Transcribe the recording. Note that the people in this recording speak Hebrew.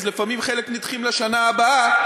אז לפעמים חלק נדחים לשנה הבאה.